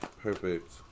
Perfect